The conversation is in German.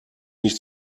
nicht